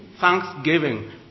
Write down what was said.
Thanksgiving